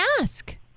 ask